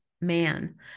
man